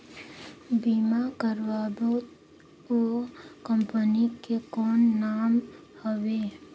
बीमा करबो ओ कंपनी के कौन नाम हवे?